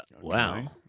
Wow